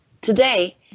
Today